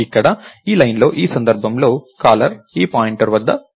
ఇక్కడ ఈ లైన్ లో ఈ సందర్భంలో కాలర్ ఈ పాయింట్ వద్ద ఉంది